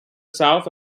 south